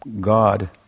God